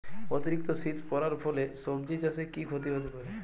অতিরিক্ত শীত পরার ফলে সবজি চাষে কি ক্ষতি হতে পারে?